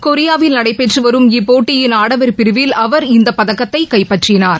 கொரியாவில் நடைபெற்றுவரும் இப்போட்டியின் ஆடவர் பிரிவில் அவர் இந்த பதக்கத்தை கைப்பற்றினார்